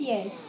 Yes